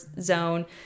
zone